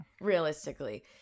Realistically